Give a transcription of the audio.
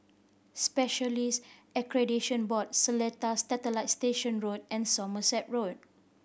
Specialist Accreditation Board Seletar Satellite Station Road and Somerset Road